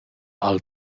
ha’l